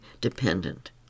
dependent